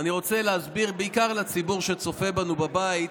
אני רוצה להסביר, בעיקר לציבור שצופה בנו בבית,